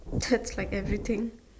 that's like everything